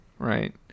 Right